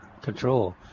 control